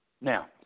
Now